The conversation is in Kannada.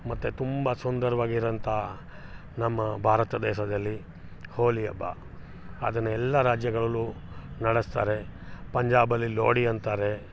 ಮತ್ತು ತುಂಬ ಸುಂದರವಾಗಿರೋಂಥ ನಮ್ಮ ಭಾರತ ದೇಶದಲ್ಲಿ ಹೋಲಿ ಹಬ್ಬ ಅದನ್ನ ಎಲ್ಲಾ ರಾಜ್ಯಗಳಲ್ಲೂ ನಡೆಸ್ತಾರೆ ಪಂಜಾಬಲ್ಲಿ ಲೋಡಿ ಅಂತಾರೆ